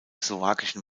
slowakischen